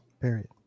period